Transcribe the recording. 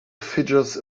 figures